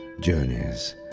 journeys